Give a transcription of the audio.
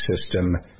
system